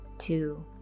Two